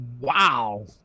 Wow